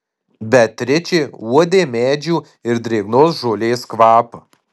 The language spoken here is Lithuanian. beatričė uodė medžių ir drėgnos žolės kvapą